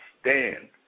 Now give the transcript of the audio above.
stand